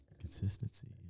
Consistency